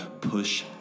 push